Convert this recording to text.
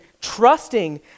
trusting